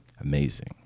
amazing